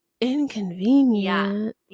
inconvenient